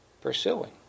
pursuing